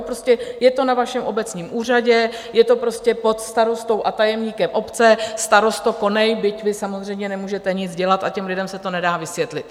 Prostě je to na vašem obecním úřadě, je to pod starostou a tajemníkem obce, starosto, konej, byť vy samozřejmě nemůžete nic dělat, a těm lidem se to nedá vysvětlit.